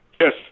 Yes